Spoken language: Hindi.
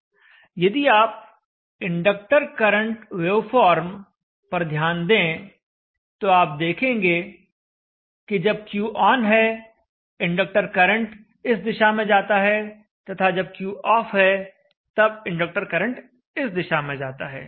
यदि आप इंडक्टर करंट वेवफॉर्म पर ध्यान दें तो आप देखेंगे कि जब Q ऑन है इंडक्टर करंट इस दिशा में जाता है तथा जब Q ऑफ है तब इंडक्टर करंट इस दिशा में जाता है